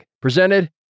presented